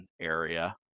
area